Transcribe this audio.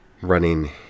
running